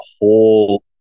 whole